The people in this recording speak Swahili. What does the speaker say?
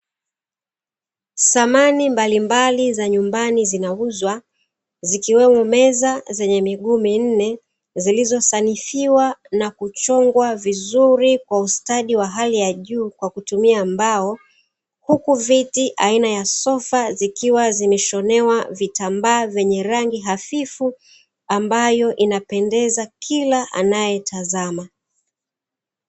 Samani mbalimbali za nyumbani zinauzwa, zikiwemo meza zenye miguu minne, zilizosanifiwa na kuchongwa vizuri kwa ustadi wa hali ya juu kwa kutumia mbao. Huku viti aina ya sofa zikiwa zimeshonewa vitambaa vyenye rangi hafifu, ambayo inapendeza kila anayetazama.